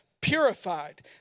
purified